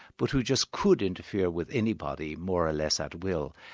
but who just could interfere with anybody more or less at will.